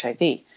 HIV